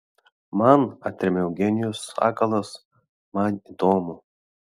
man atremia eugenijus sakalas man įdomu